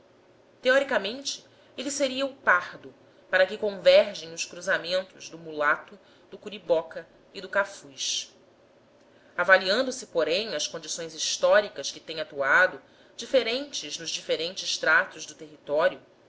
teoricamente ele seria o pardo para que convergem os cruzamentos sucessivos do mulato do curiboca e do cafuz avaliando se porém as condições históricas que têm atuado diferente nos diferentes tratos do território